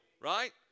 Right